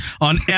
on